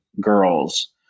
girls